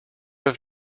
have